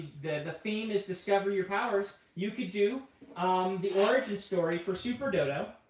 the theme is discover your powers. you could do um the origin story for super dodo.